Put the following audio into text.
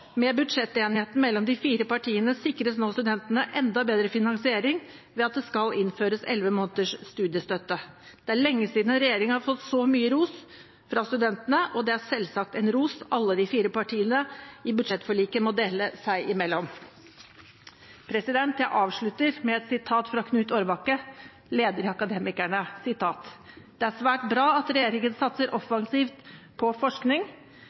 Med budsjettenigheten mellom de fire partiene sikres nå studentene enda bedre finansiering ved at det skal innføres elleve måneders studiestøtte. Det er lenge siden en regjering har fått så mye ros fra studentene, og det er selvsagt en ros alle de fire partiene i budsjettforliket må dele seg imellom. Jeg avslutter med et sitat fra Knut Aarbakke, leder i Akademikerne. «Det er svært bra at regjeringen satser offensivt på forskning.